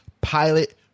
pilot